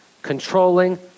Controlling